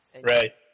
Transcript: right